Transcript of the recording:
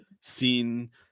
seen